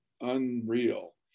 unreal